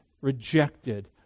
rejected